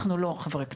אנחנו לא חברי כנסת.